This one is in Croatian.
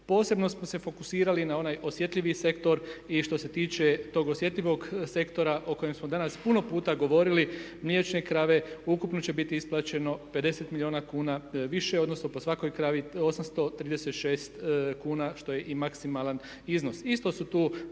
Posebno smo se fokusirali na onaj osjetljivi sektor i što se tiče tog osjetljivog sektora o kojem smo danas puno puta govorili mliječne krave ukupno će biti isplaćeno 50 milijuna kuna više odnosno po svakoj kravi 836 kuna što je i maksimalan iznos.